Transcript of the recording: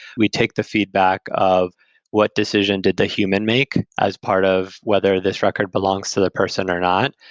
we take the feedback of what decision did the human make as part of whether this record belongs to that person or not.